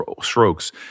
strokes